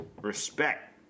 Respect